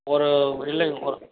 ஒரு இல்லைங்க